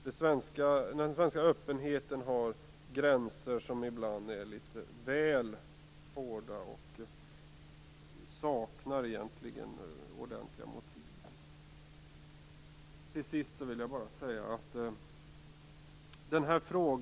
Den svenska öppenheten har gränser som ibland är litet väl hårda och saknar ordentliga motiv.